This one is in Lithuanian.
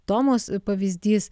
tomos pavyzdys